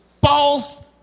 false